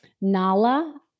Nala